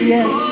Yes